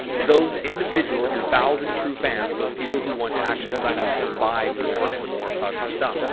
those individuals, your thousand true fans, those people who want to actually sign up and buy more and more of your stuff.